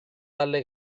dalle